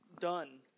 done